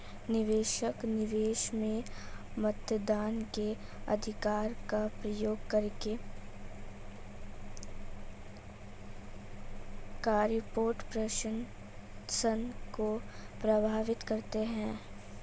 निवेशक, निवेश में मतदान के अधिकार का प्रयोग करके कॉर्पोरेट प्रशासन को प्रभावित करते है